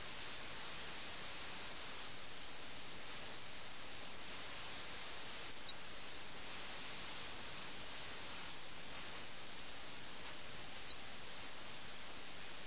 സംഭവങ്ങളുടെയും പ്രവർത്തനങ്ങളുടെയും അടിസ്ഥാനത്തിൽ വളരെ ഘടനാപരമായ ഒരു കഥയാണിത് കഥയിൽ രസകരവും പ്രധാനപ്പെട്ടതുമായ തീമാറ്റിക് ആശയങ്ങൾ അവതരിപ്പിക്കാൻ ഇത് സഹായിക്കുന്നു